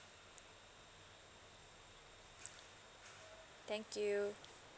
thank you